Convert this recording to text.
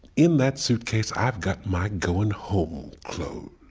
in that suitcase, i've got my going-home clothes.